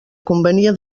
convenia